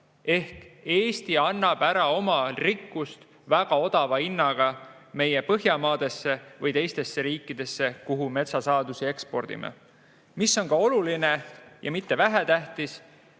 Ehk Eesti annab ära oma rikkust väga odava hinnaga Põhjamaadesse või teistesse riikidesse, kuhu me metsasaadusi ekspordime. Oluline ja mitte vähetähtis